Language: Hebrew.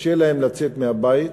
קשה להם לצאת מהבית.